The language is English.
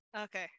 Okay